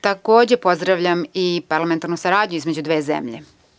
Takođe, pozdravljam i parlamentarnu saradnju između dve zemlje.